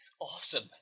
Awesome